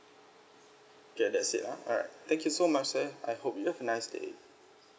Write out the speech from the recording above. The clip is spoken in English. okay that's it ah alright thank you so much sir I hope you have a nice day